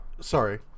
sorry